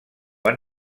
han